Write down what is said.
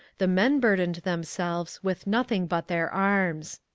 the men burdened themselves with nothing but their arms.